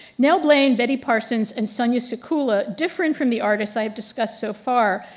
nell blaine, betty parsons, and sonia sekula, different from the artists i have discussed so far,